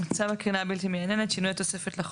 צו הקרינה הבלתי מייננת (שינוי התוספת לחוק),